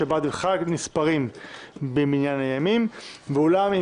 שבת וחג נספרים במניין הימים - ואולם אם